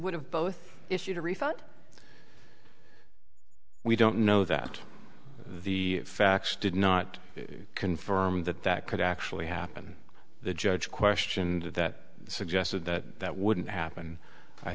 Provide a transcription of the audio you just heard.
would have both issued a refund we don't know that the facts did not confirm that that could actually happen the judge questioned that suggested that that wouldn't happen i